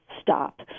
stop